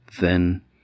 then